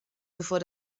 bevor